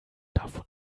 davon